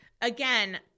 again